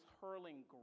hurling